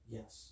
Yes